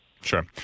Sure